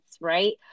right